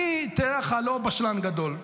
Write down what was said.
אני לא בשלן גדול.